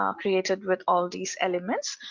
um created with all these elements.